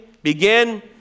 Begin